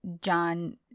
john